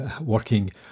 working